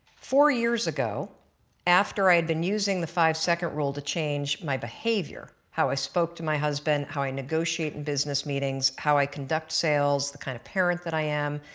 four years ago after i had been using the five second rule to change my behavior how i spoke to my husband, how i negotiate in business meetings, how i conduct sales, the kind of parent that i am,